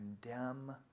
condemn